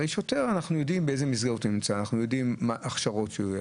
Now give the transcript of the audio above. אנחנו יודעים באיזו מסגרת נמצא שוטר ומה ההכשרות שלו.